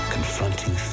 Confronting